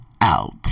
out